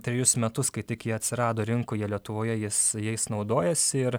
trejus metus kai tik ji atsirado rinkoje lietuvoje jis jais naudojasi ir